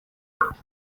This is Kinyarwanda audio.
mbwira